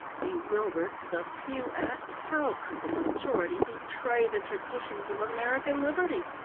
bewildered, the few asked how could the majority betray the traditions of american liberty?